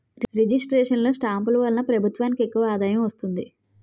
registration లో స్టాంపులు వలన ప్రభుత్వానికి ఎక్కువ ఆదాయం వస్తుంది